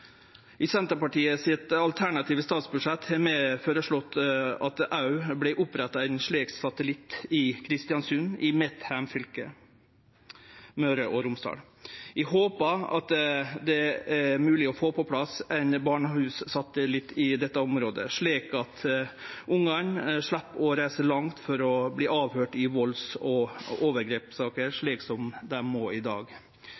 alternative statsbudsjett har vi føreslått at det òg vert oppretta ein slik satellitt i Kristiansund, i mitt heimfylke, Møre og Romsdal. Eg håpar det er mogleg å få på plass ein barnehussatellitt i dette området, slik at ungane slepp å reise langt for å verte avhøyrde i valds- og overgrepssaker, slik dei må i dag.